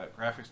graphics